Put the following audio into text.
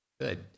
Good